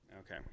Okay